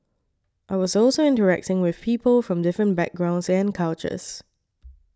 I was also interacting with people from different backgrounds and cultures